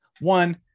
one